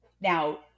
Now